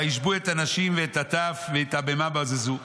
וישבו את הנשים ואת הטף ואת הבהמה בזזו.